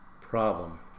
problem